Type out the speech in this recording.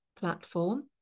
platform